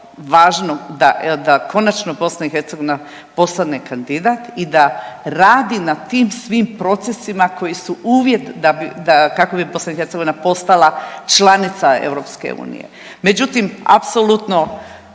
važno da konačno BiH postane kandidat i da radi na tim svim procesima koji su uvjet kako bi BiH postala članica EU. Međutim, apsolutno